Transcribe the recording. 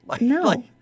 No